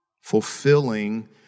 fulfilling